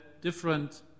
different